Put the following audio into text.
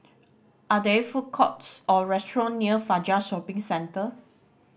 are there food courts or restaurant near Fajar Shopping Centre